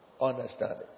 understanding